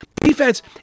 defense